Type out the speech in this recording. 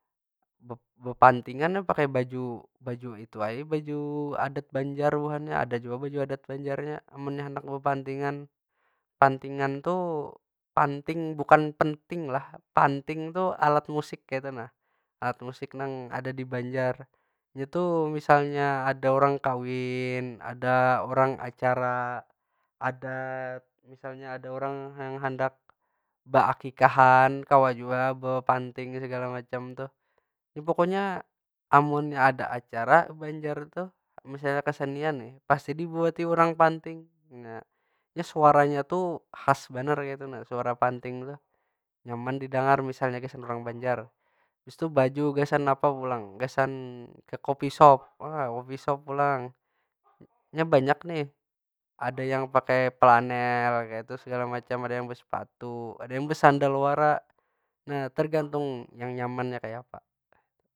Bepantingan nya pakai baju- baju itu ai, baju adat banjar buhannya. Ada jua baju adat banjarnya, munnya handak bepantingan. Pantingan tu panting, bukan penting lah. Panting tu alat musik kaytu nah. Alat musik nang ada di banjar. Nya tu misalnya ada urang kawin, ada urang acara adat, misalnya ada urang nang handak beakikahan kawa jua bepanting segala macam tuh. Nya pokonya amunnya ada acara di banjar tuh, misalnya kesenian nih. Pasti dibuati urang panting nya suaranya tu, khas banar tu nah suara panting tuh. Nyaman didangar misalnya gasan urang bajnar. Habis tu baju gasan apa pulang? Gasan ke coffeeshop, wah coffeeshop pulang. Nya banyak nih, ada yang pakai planel kaytu segala macam, ada yang besepatu, ada yang besandal wara. Nah tergantung yang nyamannya kaya apa.